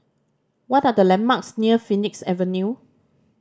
what are the landmarks near Phoenix Avenue